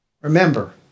Remember